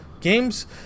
Games